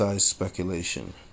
speculation